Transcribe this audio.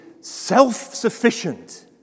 self-sufficient